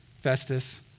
Festus